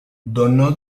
donó